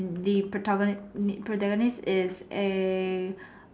they protagoni~ the protagonist is a